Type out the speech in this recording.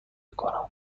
کنم